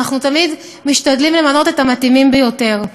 אנחנו תמיד משתדלים למנות את המתאימים ביותר.